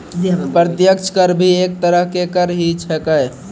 प्रत्यक्ष कर भी एक तरह के कर ही छेकै